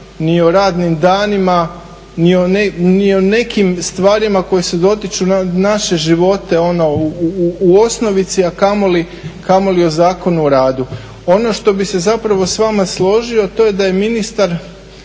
ni o radnim danima, ni o nekim stvarima koje dotiču naše živote u osnovici, a kamoli o Zakonu o radu. Ono što bi se zapravo s vama složio to je da je ministar